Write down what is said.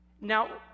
Now